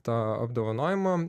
tą apdovanojimą